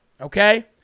Okay